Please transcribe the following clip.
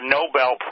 Nobel